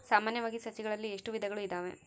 ಸಾಮಾನ್ಯವಾಗಿ ಸಸಿಗಳಲ್ಲಿ ಎಷ್ಟು ವಿಧಗಳು ಇದಾವೆ?